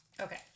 Okay